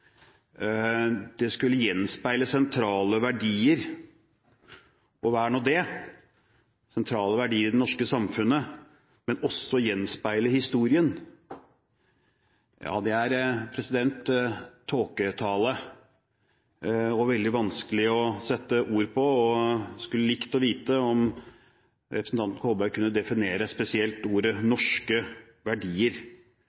Det skulle gjenspeile sentrale verdier i det norske samfunnet. Hva er det? Det skal også gjenspeile historien. Ja, dette er tåketale og veldig vanskelig å sette ord på. Jeg skulle likt å vite om representanten Kolberg kunne definere spesielt